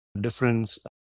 difference